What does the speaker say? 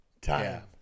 time